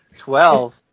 Twelve